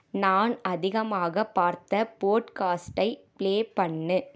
நான் அதிகமாக பார்த்த போட்காஸ்ட்டை ப்ளே பண்ணு